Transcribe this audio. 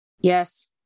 Yes